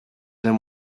than